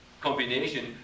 combination